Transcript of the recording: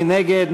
מי נגד?